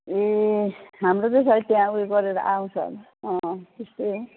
ए हाम्रो त्यसो भए त्यहाँ ऊ यो गरेर आउँछ होला त्यस्तै हो